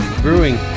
brewing